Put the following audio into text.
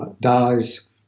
dies